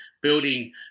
building